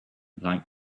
like